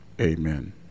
Amen